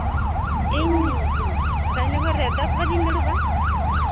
ᱤᱧ ᱨᱟᱡᱽᱱᱚᱜᱚᱨ ᱨᱮ ᱫᱚᱥ ᱵᱟᱡᱮᱧ ᱫᱩᱲᱩᱵᱼᱟ